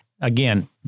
Again